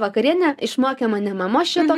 vakarienė išmokė mane mama šito